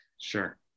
Sure